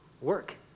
work